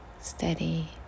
steady